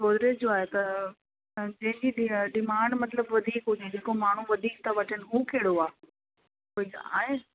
गोदरेज जो आहे त जेंजी डि डिमांड मतलबु वधीक हुजे जेको माण्हू वधीक था वठनि हू कहिड़ो आहे कोई आहे